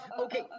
Okay